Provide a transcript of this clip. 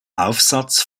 aufsatz